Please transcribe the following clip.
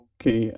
Okay